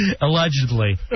Allegedly